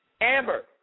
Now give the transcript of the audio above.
Amber